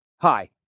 Hi